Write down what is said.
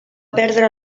perdre